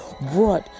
brought